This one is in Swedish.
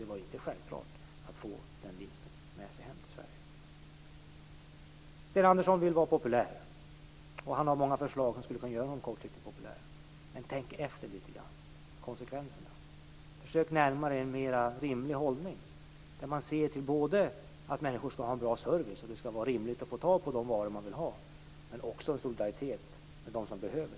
Det var ju inte en självklarhet att få den vinsten med sig hem till Sverige. Sten Andersson vill vara populär och han har många förslag som kortsiktigt skulle kunna göra honom populär. Men tänk efter litet grand! Det gäller att betänka konsekvenserna och att försöka närma sig en mera rimlig hållning och se till att människor skall ha en bra service. Det skall vara rimligt att få tag i de varor som man vill ha. Men det handlar också om en solidaritet med dem som så behöver.